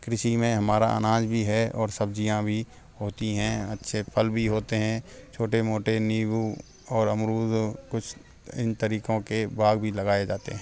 कृषि में हमारा अनाज भी है और सब्ज़ियाँ भी होती हैं अच्छे फल भी होते हैं छोटे मोटे नींबू और अमरूद कुछ इन तरीकों के बाग भी लगाए जाते हैं